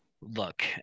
Look